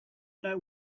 know